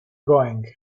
going